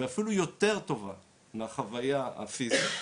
ואפילו יותר טובה והחוויה הפיזית.